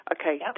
Okay